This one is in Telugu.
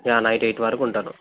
yeah night eight వరకుంటాను